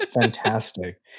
fantastic